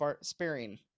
sparing